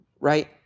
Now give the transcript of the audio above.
Right